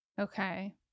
Okay